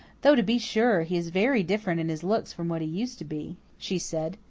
though, to be sure, he is very different in his looks from what he used to be, she said.